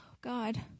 God